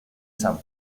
san